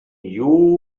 knew